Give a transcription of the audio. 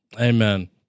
amen